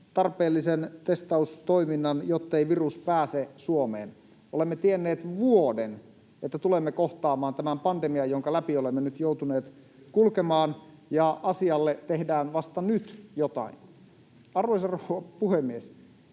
tarpeellisen testaustoiminnan, jottei virus pääse Suomeen. Olemme tienneet vuoden, että tulemme kohtaamaan tämän pandemian, jonka läpi olemme nyt joutuneet kulkemaan, ja asialle tehdään vasta nyt jotain. Arvoisa rouva puhemies!